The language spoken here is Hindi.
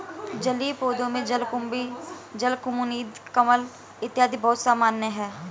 जलीय पौधों में जलकुम्भी, जलकुमुदिनी, कमल इत्यादि बहुत सामान्य है